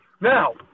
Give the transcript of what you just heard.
now